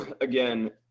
again